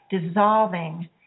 dissolving